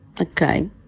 okay